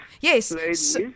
Yes